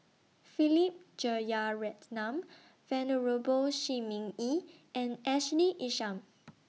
Philip Jeyaretnam Venerable Shi Ming Yi and Ashley Isham